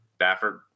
Baffert